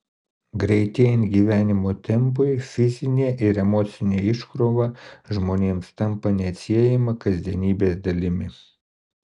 greitėjant gyvenimo tempui fizinė ir emocinė iškrova žmonėms tampa neatsiejama kasdienybės dalimi